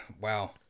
wow